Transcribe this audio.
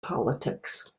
politics